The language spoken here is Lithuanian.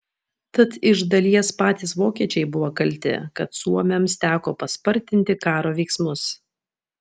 tad iš dalies patys vokiečiai buvo kalti kad suomiams teko paspartinti karo veiksmus